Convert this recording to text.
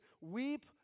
Weep